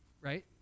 right